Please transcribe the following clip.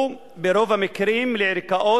תודה לחבר הכנסת ניצן הורוביץ.